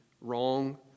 wrong